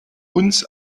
uns